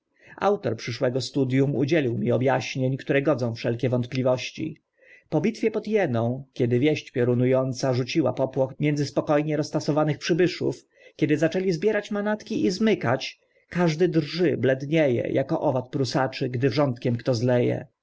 autor przyszłego studium udzielił mi ob aśnień które godzą wszelkie trudności po bitwie pod jeną kiedy wieść piorunu ąca rzuciła popłoch między spoko nie roztasowanych przybyszów kiedy zaczęli zbierać manatki i zmykać każdy drży blednie e jako owad prusaczy gdy wrzątkiem kto